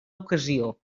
ocasió